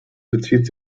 bezieht